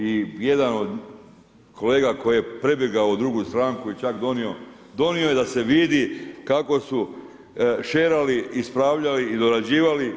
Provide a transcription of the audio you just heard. I jedan od kolega koji je prebjegao u drugu stranku i čak donio, donio je da se vidi kako su šerali, ispravljali i dorađivali.